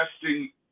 testing